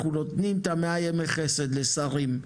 אנחנו נותנים את 100 ימי החסד לשרים.